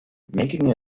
making